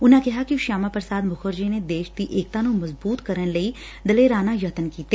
ਉਨੂਾ ਕਿਹਾ ਕਿ ਸ਼ਿਆਮਾ ਪ੍ਰਸਾਦ ਮੁਖਰਜੀ ਨੇ ਦੇਸ਼ ਦੀ ਏਕਤਾ ਨੂੰ ਮਜ਼ਬੁਤ ਕਰਨ ਲਈ ਦਲੇਰਾਨਾ ਯਤਨ ਕੀਤੇ